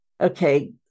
okay